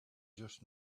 just